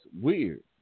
weird